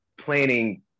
planning